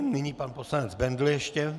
Nyní pan poslanec Bendl ještě.